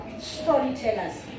storytellers